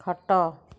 ଖଟ